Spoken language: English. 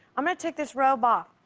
i'm going to take this robe off.